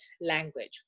language